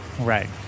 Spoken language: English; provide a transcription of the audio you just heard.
Right